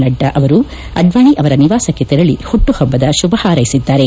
ನಡ್ಡಾ ಅವರು ಅಡ್ವಾಣಿ ಅವರ ನಿವಾಸಕ್ಕೆ ತೆರಳು ಹುಟ್ಟುಹಬ್ಬದ ಶುಭ ಹಾರೈಸಿದ್ದಾರೆ